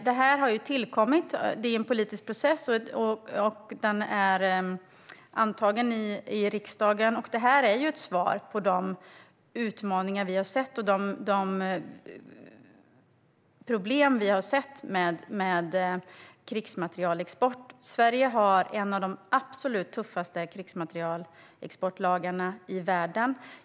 Det här har tillkommit, och efter en politisk process har det antagits av riksdagen. Det är ett svar på de utmaningar och problem vi har sett med krigsmaterielexport. Sverige har en av de absolut tuffaste krigsmaterielexportlagarna i världen.